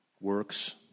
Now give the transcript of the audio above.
works